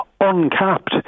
uncapped